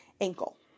ankle